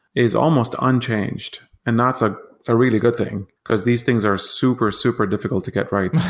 is almost unchanged and that's ah a really good thing, because these things are super, super difficult to get right.